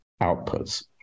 outputs